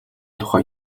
тухай